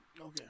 Okay